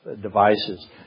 devices